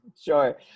Sure